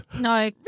No